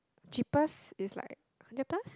cheapest is like hundred plus